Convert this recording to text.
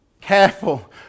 careful